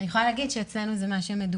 אני יכולה להגיד שאצלנו זה מה שמדווח,